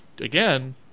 again